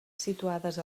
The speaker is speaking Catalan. situades